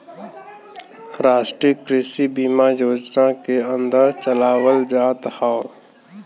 राष्ट्रीय कृषि बीमा योजना के अन्दर चलावल जात हौ